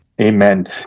Amen